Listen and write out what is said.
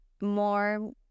More